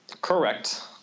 Correct